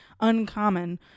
uncommon